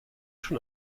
schon